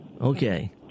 Okay